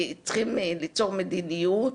צריכים ליצור מדיניות